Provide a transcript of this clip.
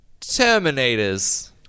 Terminators